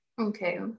Okay